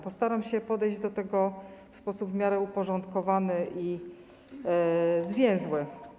Postaram się podejść do tego w sposób w miarę uporządkowany i zwięzły.